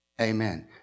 Amen